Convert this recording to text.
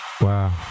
Wow